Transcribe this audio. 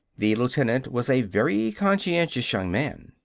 the lieutenant was a very conscientious young man.